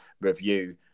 review